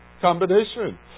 combination